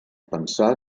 pensar